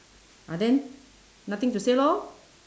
ah then nothing to say lor